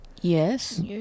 Yes